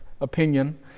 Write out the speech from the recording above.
opinion